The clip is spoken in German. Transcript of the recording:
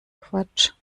quatsch